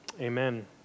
Amen